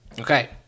okay